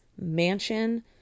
mansion